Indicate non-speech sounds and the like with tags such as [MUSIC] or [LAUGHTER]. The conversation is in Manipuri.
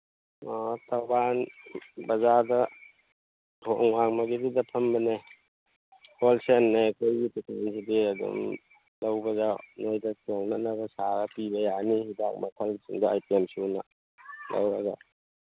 ꯑ ꯊꯧꯕꯥꯜ ꯕꯖꯥꯔꯗ ꯊꯣꯡ ꯋꯥꯡꯃꯒꯤꯗꯨꯗ ꯐꯝꯕꯅꯦ ꯋꯣꯜꯁꯦꯜꯅꯦ ꯑꯩꯈꯣꯏꯒꯤ [UNINTELLIGIBLE] ꯁꯤꯗꯤ ꯑꯗꯨꯝ ꯂꯧꯕꯗ ꯅꯣꯏꯗ ꯇꯣꯡꯅꯅꯕ ꯁꯥꯔ ꯄꯤꯕ ꯌꯥꯅꯤ ꯍꯤꯗꯥꯛ ꯃꯈꯜꯁꯤꯡꯗ ꯑꯥꯏꯇꯦꯝ ꯁꯨꯅ ꯂꯧꯔꯒ